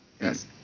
Yes